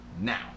now